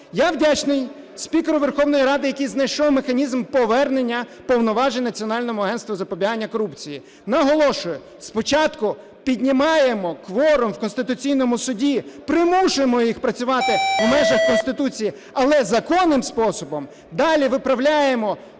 Я вдячний спікеру Верховної Ради, який знайшов механізм повернення повноважень Національному агентству запобігання корупції. Наголошую, спочатку піднімаємо кворум в Конституційному Суді, примушуємо їх працювати в межах Конституції, але законним способом. Далі, виправляємо